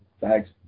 Thanks